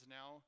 now